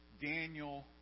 Daniel